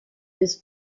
des